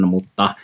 Mutta